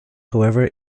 however